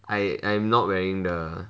I I am not wearing the